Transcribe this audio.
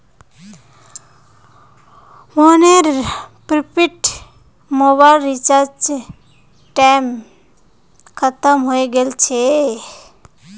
मोहनेर prepaid mobile रीचार्जेर टेम खत्म हय गेल छे